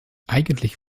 eigentlich